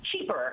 cheaper